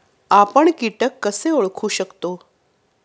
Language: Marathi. आपण कीटक कसे ओळखू शकतो?